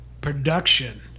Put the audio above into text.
production